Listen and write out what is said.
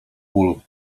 bólu